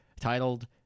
titled